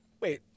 Wait